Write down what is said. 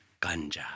ganja